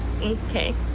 okay